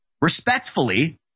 respectfully